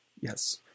Yes